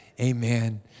amen